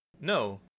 No